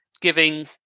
giving